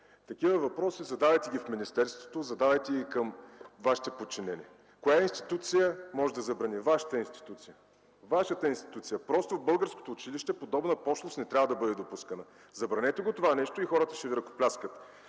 Такива въпроси ги задавайте в министерството, задавайки ги към Вашите подчинени. Коя институция може да забрани? – Вашата институция може да забрани. Вашата институция! В българското училище подобна пошлост не трябва да бъде допускана. Забранете го това нещо и хората ще Ви ръкопляскат.